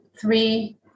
three